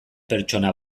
pertsona